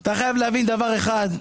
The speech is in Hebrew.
אתה חייב להבין דבר אחד,